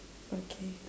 okay